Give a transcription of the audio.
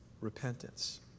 repentance